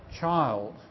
child